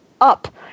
up